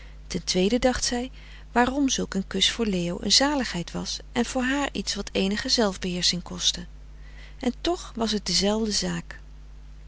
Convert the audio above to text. ten tweede dacht zij waarom zulk een kus voor leo een zaligheid was frederik van eeden van de koele meren des doods en voor haar iets wat eenige zelf beheersching kostte en het was toch dezelfde zaak